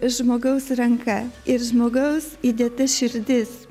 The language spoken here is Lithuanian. žmogaus ranka ir žmogaus įdėta širdis